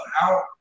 out